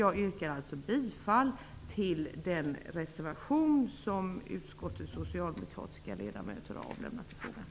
Jag yrkar alltså bifall till den reservation som utskottets socialdemokratiska ledamöter har avlämnat i frågan.